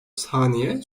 saniye